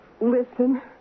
listen